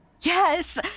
Yes